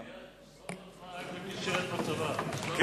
זכות הצבעה רק